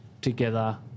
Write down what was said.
together